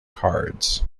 cards